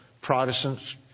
Protestants